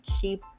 keep